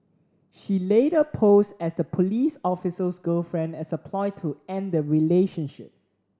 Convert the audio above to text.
she later posed as the police officer's girlfriend as a ploy to end the relationship